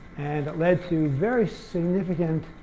and it led to very significant